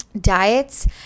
diets